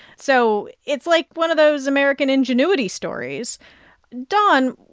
so it's, like, one of those american ingenuity stories don,